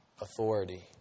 authority